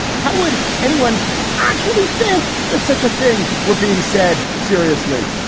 how would anyone actually think that such a thing were being said? seriously?